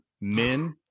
men